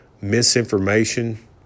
misinformation